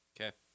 Okay